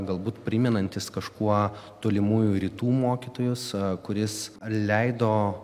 galbūt primenantis kažkuo tolimųjų rytų mokytojus kuris leido